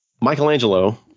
Michelangelo